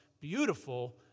beautiful